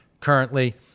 currently